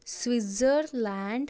Switzerland